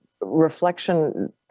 reflection